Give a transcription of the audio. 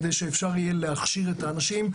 כדי שאפשר יהיה להכשיר את האנשים.